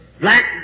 black